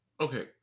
Okay